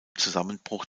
zusammenbruch